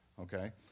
okay